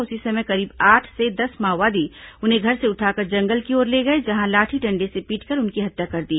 उसी समय करीब आठ से दस माओवादी उन्हें घर से उठाकर जंगल की ओर ले गए जहां लाठी डंडे से पीटकर उनकी हत्या कर दी